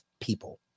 people